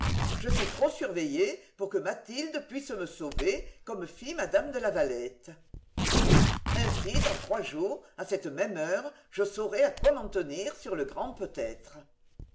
je suis trop surveillé pour que mathilde puisse me sauver comme fit mme de lavalette ainsi dans trois jours à cette même heure je saurai à quoi m'en tenir sur le grand peut-être